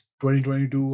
2022